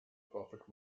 profit